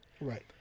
Right